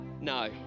No